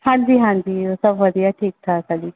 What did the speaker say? ਹਾਂਜੀ ਹਾਂਜੀ ਸਭ ਵਧੀਆ ਠੀਕ ਠਾਕ ਆ ਜੀ